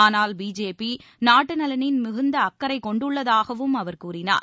ஆனால் பிஜேபி நாட்டு நலனின் மிகுந்த அக்கறை கொண்டுள்ளதாகவும் அவர் கூறினார்